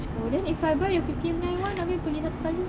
then if I buy the fifty nine [one] abeh pergi satu kali